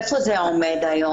איפה זה עומד היום?